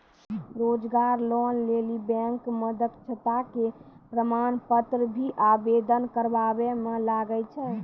रोजगार लोन लेली बैंक मे दक्षता के प्रमाण पत्र भी आवेदन करबाबै मे लागै छै?